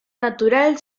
natural